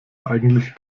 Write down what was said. eigentlich